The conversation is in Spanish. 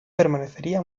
permanecería